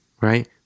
right